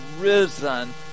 risen